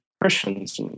Christians